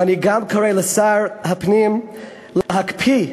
ואני גם קורא לשר הפנים להקפיא,